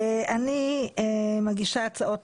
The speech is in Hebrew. אני מגישה הצעות